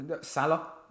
Salah